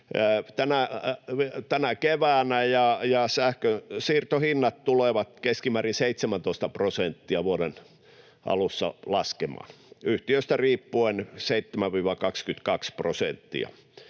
sähkön siirtohinnat tulevat laskemaan keskimäärin 17 prosenttia vuoden alussa, yhtiöstä riippuen 7—22 prosenttia.